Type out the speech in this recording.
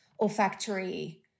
olfactory